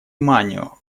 манио